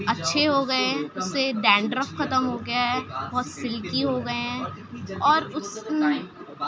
اچّھے ہو گئے ہیں اس سے ڈینڈرف ختم ہو گیا ہے اور سلکی ہو گئے ہیں اور اس